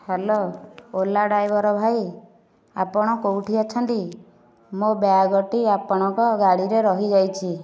hello Ola driver ଭାଇ ଆପଣ କେଉଁଠି ଅଛନ୍ତି ମୋ ବ୍ୟାଗଟି ଆପଣଙ୍କ ଗାଡ଼ିରେ ରହିଯାଇଛି